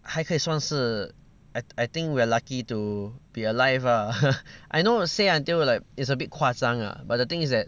还可以算是 I I think we are lucky to be alive lah I know say until like it's a bit 夸张 lah but the thing is that